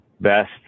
best